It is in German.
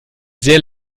sehr